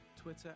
Twitter